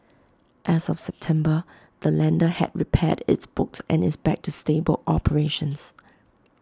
as of September the lender had repaired its books and is back to stable operations